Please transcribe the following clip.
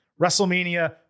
WrestleMania